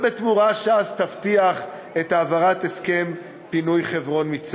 ובתמורה ש"ס תבטיח את העברת הסכם פינוי חברון.